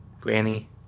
granny